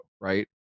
right